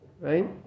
right